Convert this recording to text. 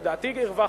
לדעתי הרווחנו.